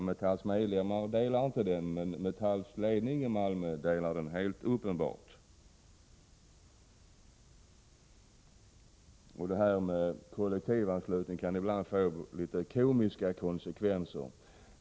Metalls medlemmar delar den inte, men Metalls ledning i Malmö delar den helt uppenbart. Detta med kollektivanslutning kan ibland få litet komiska konsekvenser.